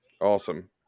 Awesome